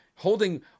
holding